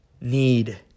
need